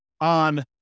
on